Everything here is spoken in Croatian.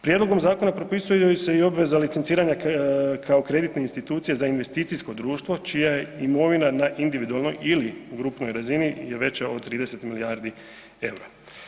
Prijedlogom zakona propisuje se i obveza licenciranja kao kreditne institucije za investicijsko društvo čija je imovina na individualnoj ili grupnoj razini veća od 30 milijardi eura.